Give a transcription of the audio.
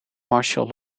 martial